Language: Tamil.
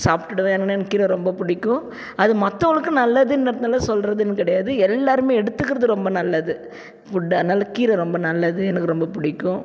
சாப்பிட்டுடுவேன் ஏன்னா எனக்கு கீரை ரொம்ப பிடிக்கும் அது மற்றவங்களுக்கு நல்லதுன்றதுனால் சொல்கிறதுன்னு கிடையாது எல்லாரும் எடுத்துக்கிறது ரொம்ப நல்லது ஃபுட்டு அதனால் கீரை ரொம்ப நல்லது எனக்கு ரொம்ப பிடிக்கும்